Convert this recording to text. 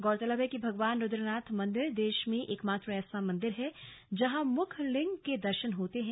गौरतलब है कि भगवान रुद्रनाथ मंदिर देश में एकमात्र ऐसा मंदिर है जहां मुख लिंग के दर्शन होते हैं